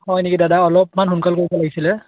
হয় নেকি দাদা অলপমান সোনকাল কৰিব লাগিছিলে